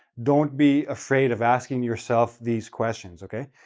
don't be afraid of asking yourself these questions, okay?